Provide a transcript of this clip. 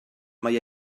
mai